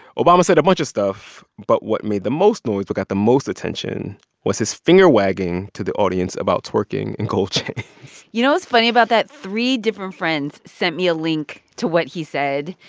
obama said a bunch of stuff. but what made the most noise, what but got the most attention was his finger-wagging to the audience about twerking and gold chains you know what's funny about that? three different friends sent me a link to what he said.